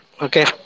Okay